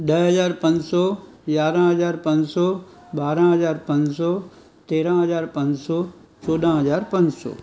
ॾह हज़ार पंज सौ यारहं हज़ार पंज सौ ॿारहं हज़ार पंज सौ तेरहं हज़ार पंज सौ चोॾा हज़ार पंज सौ